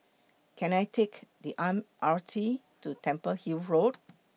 Can I Take The M R T to Temple Hill Road